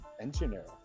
engineer